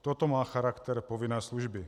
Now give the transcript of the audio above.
Toto má charakter povinné služby.